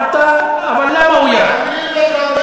אדוני סגן השר, אתה סגן שר.